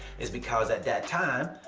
is because at that time,